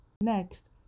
Next